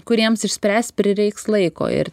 kuriems išspręst prireiks laiko ir